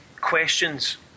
questions